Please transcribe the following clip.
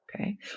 Okay